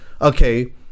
okay